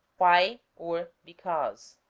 why or because